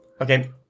Okay